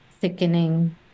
thickening